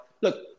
Look